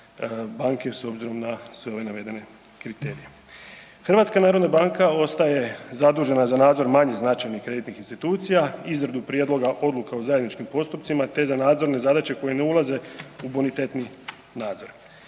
banke s obzirom na sve ove navedene kriterije. Hrvatska narodna banka ostaje zadužena za nadzor manje značajnih kreditnih institucija, izradu prijedloga odluka o zajedničkim postupcima te za nadzorne zadaće koje ne ulaze u bonitetni nadzor.